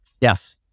Yes